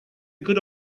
good